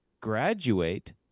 graduate